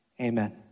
Amen